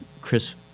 Chris